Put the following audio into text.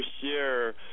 share